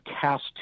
cast